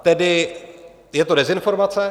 Tedy je to dezinformace?